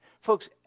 Folks